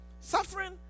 suffering